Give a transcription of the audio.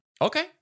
Okay